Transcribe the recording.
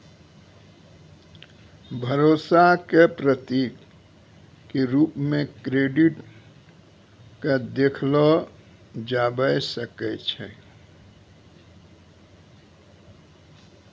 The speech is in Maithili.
भरोसा क प्रतीक क रूप म क्रेडिट क देखलो जाबअ सकै छै